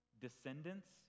descendants